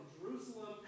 Jerusalem